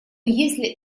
если